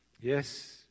Yes